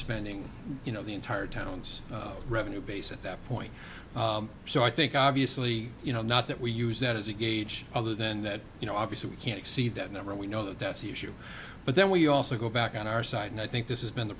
spending you know the entire towns revenue base at that point so i think obviously you know not that we use that as a gauge other than that you know obviously we can't see that number we know that's the issue but then we also go back on our side and i think this is been the